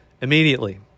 immediately